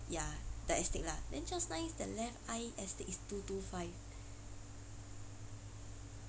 ya the astig lah then just nice the left eye astig is two two five